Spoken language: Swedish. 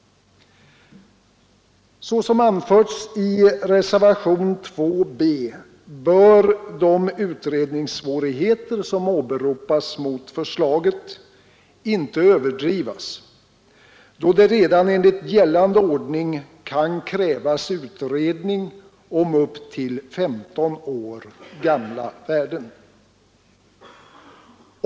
Såsom anförs i reservationen 2 b bör de utredningssvårigheter som åberopas mot förslaget inte överdrivas då det redan enligt gällande ordning kan krävas utredning om upp till 15 år gamla värden.